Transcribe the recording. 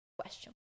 question